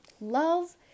love